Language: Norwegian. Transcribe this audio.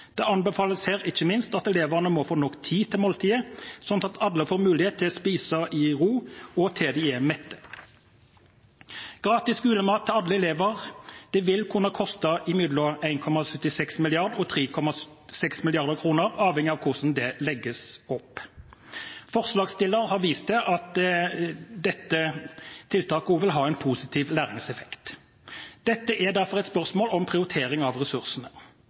anbefales det ikke minst at elevene må få nok tid til måltidet, slik at alle får mulighet til å spise i ro og til de er mette. Gratis skolemat til alle elever vil kunne koste mellom 1,76 mrd. kr og 3,6 mrd. kr, avhengig av hvordan det legges opp. Forslagsstiller har vist til at dette tiltaket også vil ha en positiv læringseffekt. Dette er derfor et spørsmål om prioritering av ressursene.